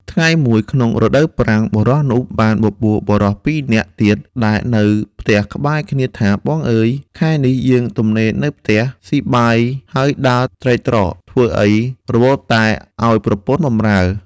ថ្ងៃមួយក្នុងរដូវប្រាំង បុរសនោះបានបបួលបុរសពីរនាក់ទៀតដែលនៅផ្ទះក្បែរគ្នាថា បងអើយ! ខែនេះយើងទំនេរនៅផ្ទះ ស៊ីបាយហើយដើរត្រែតត្រតធ្វើអ្វី រវល់តែឲ្យប្រពន្ធបម្រើ។